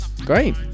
Great